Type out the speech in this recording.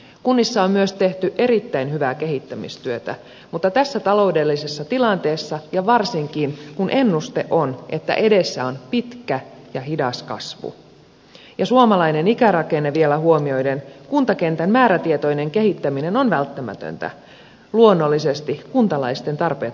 kunnissa on myös tehty erittäin hyvää kehittämistyötä mutta tässä taloudellisessa tilanteessa ja varsinkin kun ennuste on että edessä on pitkä ja hidas kasvu suomalainen ikärakenne vielä huomioiden kuntakentän määrätietoinen kehittäminen on välttämätöntä luonnollisesti kuntalaisten tarpeet huomioiden